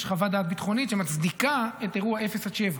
חוות דעת ביטחונית שמצדיקה את אירוע 0 7 ק"מ,